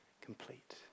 complete